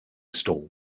stall